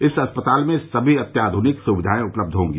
इस अस्पताल में सभी अत्याधुनिक सुविधाएं उपलब्ध होंगी